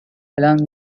along